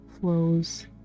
flows